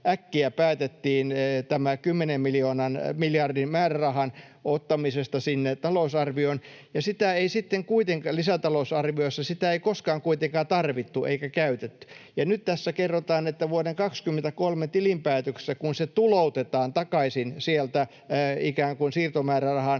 äkkiä päätettiin tämän 10 miljardin määrärahan ottamisesta talousarvioon, ja sitä ei koskaan kuitenkaan tarvittu eikä käytetty. Ja nyt tässä kerrotaan, että vuoden 23 tilinpäätöksessä, kun se tuloutetaan takaisin sieltä ikään